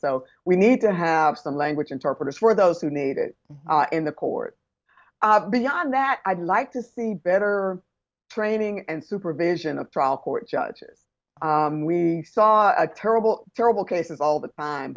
so we need to have some language interpreters for those who need it in the court beyond that i'd like to see better training and supervision of trial court judges we saw a terrible terrible cases all the time